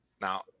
now